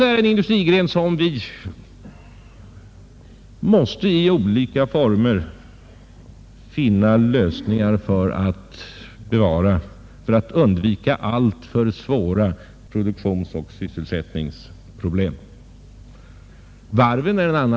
Den är en industrigren beträffande vilken vi måste söka finna former som gör det möjligt att undvika alltför svåra produktionsoch sysselsättningsproblem.